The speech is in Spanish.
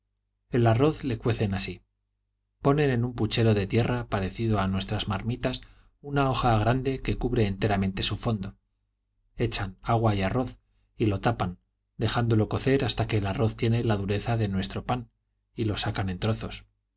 el arroz le cuecen así ponen en un puchero de tierra parecido a nuestras marmitas una hoja grande que cubre enteramente su fondo echan agua y arroz y lo tapan dejándolo cocer hasta que el arroz tiene la dureza de nuestro pan y lo sacan en trozos